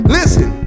Listen